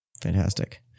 Fantastic